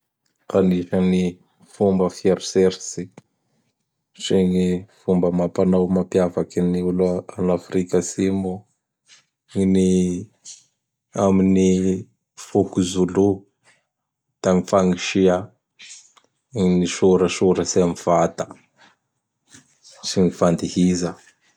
Anisany fomba fieritseritsy sy gny fomba amam-panao mapiavaky ny olo a agn Afrika Atsimo gn ny am foko Zoulou; da gn ny fagnisia gn n soratsorasy am vata sy ny fandihiza.